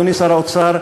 אדוני שר האוצר,